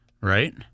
right